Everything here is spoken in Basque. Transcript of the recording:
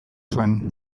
zuen